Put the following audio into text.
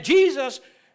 Jesus